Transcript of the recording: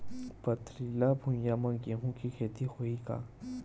पथरिला भुइयां म गेहूं के खेती होही का?